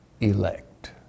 elect